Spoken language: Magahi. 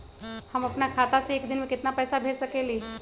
हम अपना खाता से एक दिन में केतना पैसा भेज सकेली?